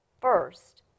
first